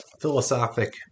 philosophic